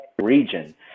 region